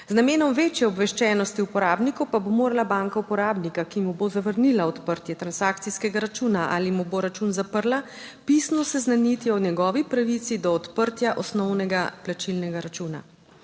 Z namenom večje obveščenosti uporabnikov pa bo morala banka uporabnika, ki mu bo zavrnila odprtje transakcijskega računa ali mu bo račun zaprla, pisno seznaniti o njegovi pravici do odprtja osnovnega plačilnega računa.